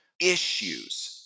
issues